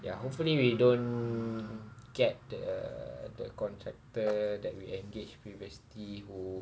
ya hopefully we don't get the the contractor that we engaged previously who